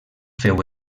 féu